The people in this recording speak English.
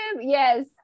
yes